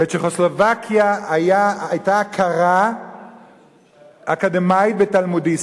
בצ'כוסלובקיה היתה הכרה אקדמית בתלמודיסט.